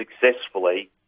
successfully